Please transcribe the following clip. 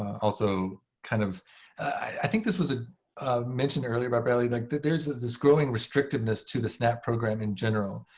also kind of i think this was ah ah mentioned earlier by bradley. like there is this growing restrictiveness to the snap program in general.